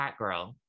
Catgirl